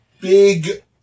big